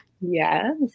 yes